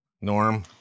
Norm